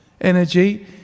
energy